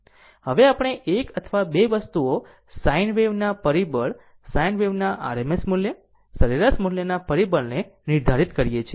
હવે આપણે 1 અથવા 2 વસ્તુઓ સાઇન વેવ ના પરિબળ સાઈન વેવ ના RMS મૂલ્ય સરેરાશ મૂલ્યના પરિબળને નિર્ધારિત કરીએ છીએ